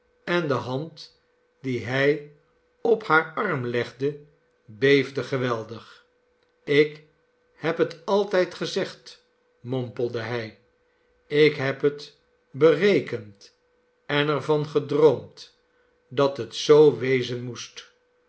en de hand die hij op haar arm legde beefde geweldig ik heb het altijd gezegd mompelde hij ik heb het berekend en er van gedroomd dat het zoo wezen moest